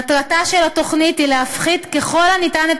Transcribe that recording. מטרתה של התוכנית היא להפחית ככל הניתן את